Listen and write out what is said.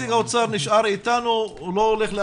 נציג האוצר נשאר איתנו,